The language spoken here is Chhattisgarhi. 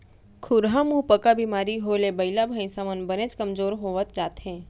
खुरहा मुहंपका बेमारी होए ले बइला भईंसा मन बनेच कमजोर होवत जाथें